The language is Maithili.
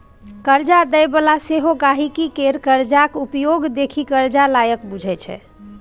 करजा दय बला सेहो गांहिकी केर करजाक उपयोग देखि करजा लायक बुझय छै